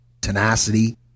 tenacity